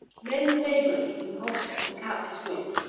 men's knavery, imposture, and captious wits,